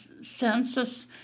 census